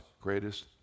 greatest